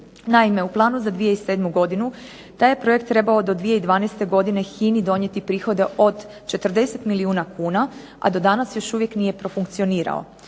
Naime, za 2007. taj je projekt trebao do 2012. godine HINA-i donijeti prihode od 40 milijuna kuna, a do danas još uvijek profunkcionirao.